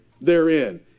therein